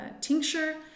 tincture